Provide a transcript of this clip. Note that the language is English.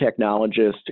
technologist